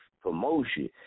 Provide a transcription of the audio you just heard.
promotion